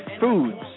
Foods